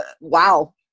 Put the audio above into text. wow